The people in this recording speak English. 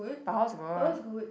but how's work